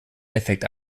effekt